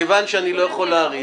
מכיוון שאני לא יכול להאריך